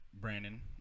Brandon